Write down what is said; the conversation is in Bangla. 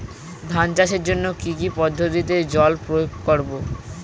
ধান চাষের জন্যে কি কী পদ্ধতিতে জল প্রয়োগ করব?